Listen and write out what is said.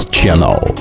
Channel